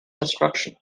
destruction